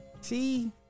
see